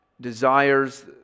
desires